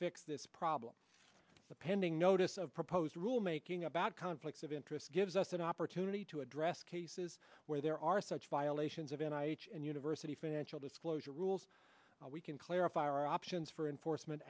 fix this problem the pending notice of proposed rulemaking about conflicts of interest gives us an opportunity to address cases where there are such violations of an eye and university financial disclosure rules we can clarify our options for enforcement